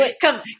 come